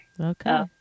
okay